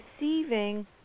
receiving